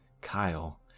Kyle